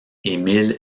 émile